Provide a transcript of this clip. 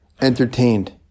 entertained